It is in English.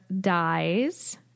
dies